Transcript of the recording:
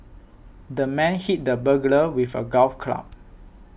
the man hit the burglar with a golf club